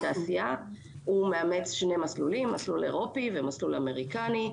הוא מאמץ שני מסלולים מסלול אירופי ומסלול אמריקני.